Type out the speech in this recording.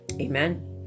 Amen